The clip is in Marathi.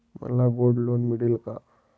मला गोल्ड लोन मिळेल का?